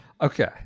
okay